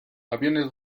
aviones